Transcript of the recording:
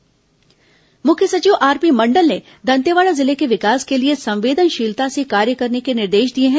मुख्य सचिव समीक्षा मुख्य सचिव आरपी मण्डल ने दंतेवाड़ा जिले के विकास के लिए संवेदनशीलता से कार्य करने के निर्देश दिए हैं